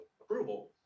approval